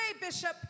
Bishop